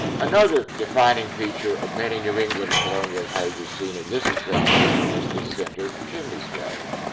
another defining feature of many new england colonial houses seen in this example is the center chimney stack.